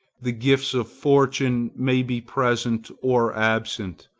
the gifts of fortune may be present or absent,